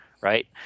right